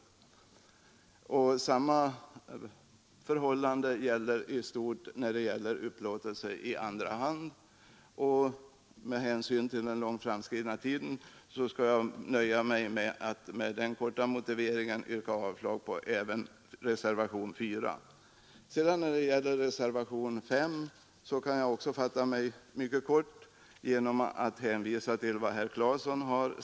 I stort sett samma förhållande uppstår när det gäller upplåtelse i andra hand. Med hänsyn till den långt framskridna tiden skall jag nöja mig med att med denna korta motivering yrka avslag även på reservationen 4. I fråga om reservationen 5 kan jag också fatta mig mycket kort genom att hänvisa till vad herr Claeson sagt.